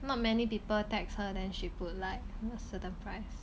not many people text her then she put like a certain price